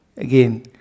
Again